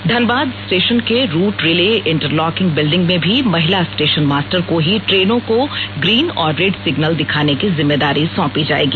Dhanbad station के route relay interlocking building में भी महिला स्टेशन मास्टर को ही ट्रेनों को ग्रीन और रेड सिग्नल दिखाने की जिम्मेदारी सौंपी जाएगी